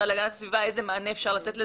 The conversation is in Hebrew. להגנת הסביבה איזה מענה אפשר לתת לזה,